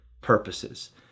purposes